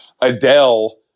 adele